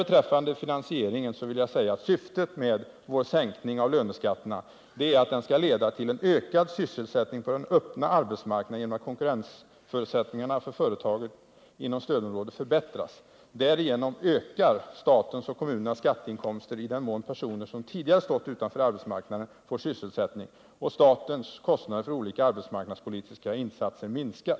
Beträffande finansieringen vill jag säga att syftet med vår sänkning av löneskatten är att den skall leda till en ökad sysselsättning på den öppna arbetsmarknaden genom att konkurrensförutsättningarna för företagen inom stödområdet förbättras. Därigenom ökar statens och kommunernas skatteinkomster, iden mån personer som tidigare stått utanför arbetsmarknaden får sysselsättning, och statens kostnader för olika arbetsmarknadspolitiska insatser minskar.